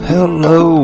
Hello